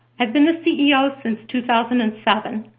i've been the ceo since two thousand and seven.